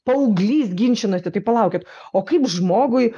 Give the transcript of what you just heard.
paauglys ginčinasi tai palaukit o kaip žmogui